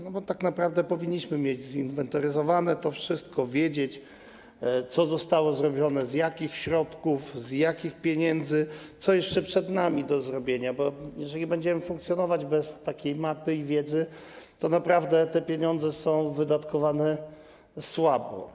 No bo tak naprawdę powinniśmy mieć zinwentaryzowane to wszystko, powinniśmy wiedzieć, co zostało zrobione, z jakich środków, z jakich pieniędzy, co jeszcze przed nami do zrobienia, bo jeżeli będziemy funkcjonować bez takiej mapy i wiedzy, to naprawdę te pieniądze będą wydatkowane słabo.